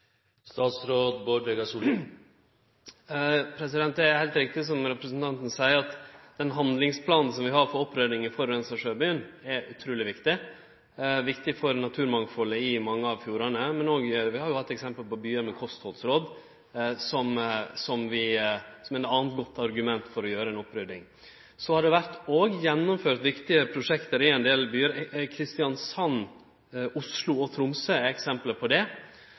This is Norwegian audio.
Det er heilt riktig som representanten seier, at den handlingsplanen som vi har for opprydding i forureina sjøbotn, er utruleg viktig – viktig for naturmangfaldet i mange av fjordane. Vi har òg hatt eksempel på byar med kosthaldsråd som eit anna godt argument for å gjere ei opprydding. Det har òg vore gjennomført viktige prosjekt i ein del byar. Kristiansand, Oslo og Tromsø er eksempel på det.